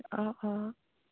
অঁ অঁ